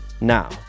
Now